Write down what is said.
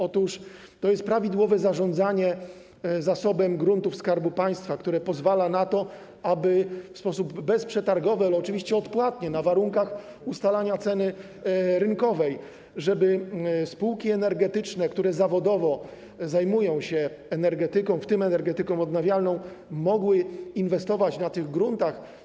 Otóż to jest prawidłowe zarządzanie zasobem gruntów Skarbu Państwa, które pozwala na to, aby odbywało się to w sposób bezprzetargowy, ale oczywiście odpłatnie, na warunkach dotyczących ustalania ceny rynkowej, żeby spółki energetyczne, które zawodowo zajmują się energetyką, w tym energetyką odnawialną, mogły inwestować na tych gruntach.